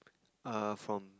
err from